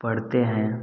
पढ़ते हैं